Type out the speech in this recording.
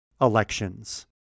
elections